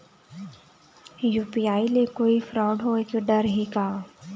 UPI ले कोई fraud होए के डर हे का?